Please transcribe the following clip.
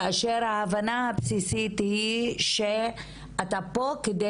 כאשר ההבנה הבסיסית היא שאתה פה על מנת